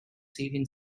sailing